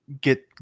get